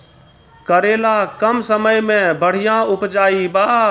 करेला कम समय मे बढ़िया उपजाई बा?